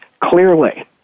clearly